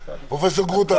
פרופ' גרוטו,